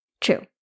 True